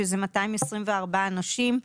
שזה 224 אנשים,